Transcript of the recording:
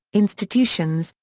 institutions,